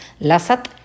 Lasat